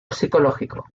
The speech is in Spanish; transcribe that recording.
psicológico